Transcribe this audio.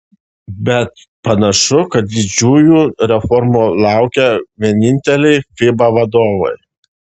bet panašu kad didžiųjų reformų laukia vieninteliai fiba vadovai